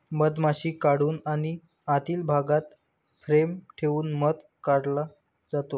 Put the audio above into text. मधमाशी काढून आणि आतील भागात फ्रेम ठेवून मध काढला जातो